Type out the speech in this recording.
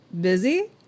busy